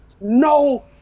no